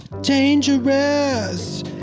Dangerous